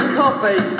coffee